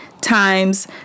times